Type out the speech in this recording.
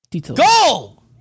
Go